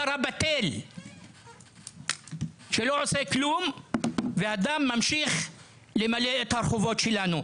שר הבטל שלא עושה כלום והדם ממשיך למלא את הרחובות שלנו.